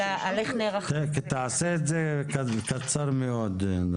תעשה את זה קצר מאוד.